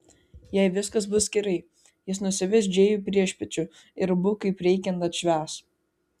jei viskas bus gerai jis nusives džėjų priešpiečių ir abu kaip reikiant atšvęs